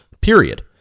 period